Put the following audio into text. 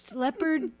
leopard